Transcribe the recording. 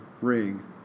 ring